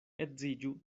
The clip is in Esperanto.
edziĝu